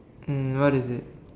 um what is it